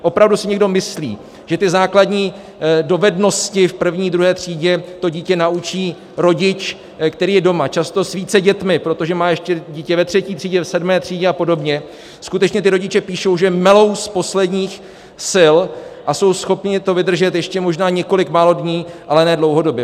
Opravdu si někdo myslí, že základní dovednosti v první, druhé třídě to dítě naučí rodič, který je doma, často s více dětmi, protože má ještě dítě ve 3. třídě, v 7. třídě apod., skutečně rodiče píšou, že melou z posledních sil a jsou schopni to vydržet ještě možná několik málo dní, ale ne dlouhodobě.